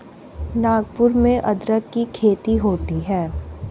नागपुर में अदरक की खेती होती है